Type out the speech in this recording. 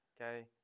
okay